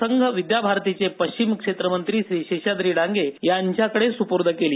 संघ विद्याभारतीचे पश्चिम क्षेत्रमंत्री श्री शेषाद्री डांगे यांच्याकडे सुपूर्द केली